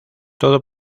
todo